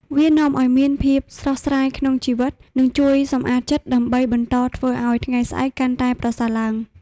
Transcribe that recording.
វានាំឲ្យមានភាពស្រស់ស្រាយក្នុងជីវិត និងជួយសំអាតចិត្តដើម្បីបន្តធ្វើអោយថ្ងៃស្អែកកាន់តែប្រសើរឡើង។